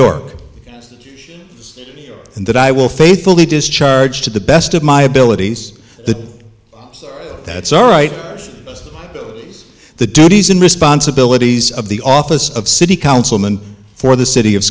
york and that i will faithfully discharge to the best of my abilities that that's all right the duties and responsibilities of the office of city councilman for the city of